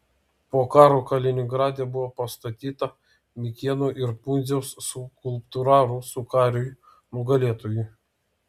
po karo kaliningrade buvo pastatyta mikėno ir pundziaus skulptūra rusų kariui nugalėtojui